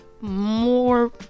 more